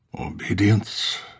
Obedience